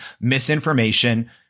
misinformation